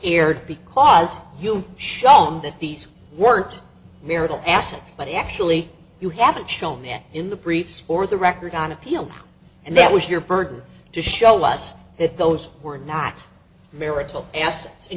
erred because you shown that these weren't marital assets but actually you haven't shown that in the brief for the record on appeal and that was your burden to show us that those were not marital assets and